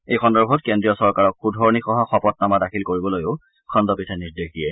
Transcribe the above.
এই সন্দৰ্ভত কেন্দ্ৰীয় চৰকাৰক শুধৰণিসহ শপতনামা দাখিল কৰিবলৈও খণ্ডপীঠে নিৰ্দেশ দিয়ে